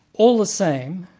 all the same,